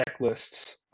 checklists